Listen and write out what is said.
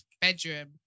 bedroom